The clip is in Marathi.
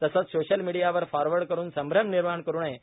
तसेच सोशल मिडीयावर फॉरवर्ड करुन संभ्रम निर्माण करु नये